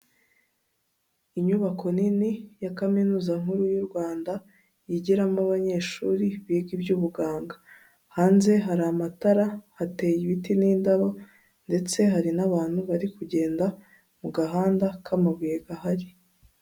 Inyubako nini ya kaminuza nkuru y'u Rwanda yigiramo abanyeshuri biga iby'ubuganga, hanze hari amatara, hateye ibiti n'indabo ndetse hari n'abantu bari kugenda mu gahanda k'amabuye gahari.